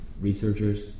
researchers